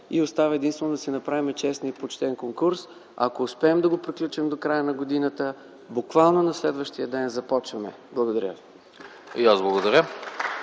– остава единствено да си направим честен и почтен конкурс. Ако успеем да го приключим до края на годината, буквално на следващия ден започваме. Благодаря ви. ПРЕДСЕДАТЕЛ